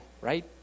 right